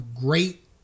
great